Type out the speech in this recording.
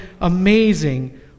amazing